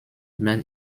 band